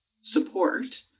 support